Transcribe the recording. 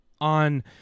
on